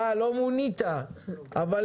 לא מונית לוועדה,